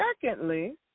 Secondly